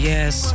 Yes